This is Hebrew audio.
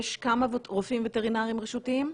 יש כמה רופאים וטרינריים רשותיים?